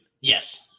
Yes